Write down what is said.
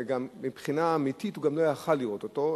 ובאמת הוא גם לא יכול היה לראות אותו,